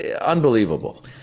unbelievable